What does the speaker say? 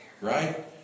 Right